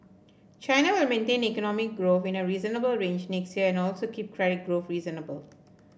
China will maintain economic growth in a reasonable range next year and also keep credit growth reasonable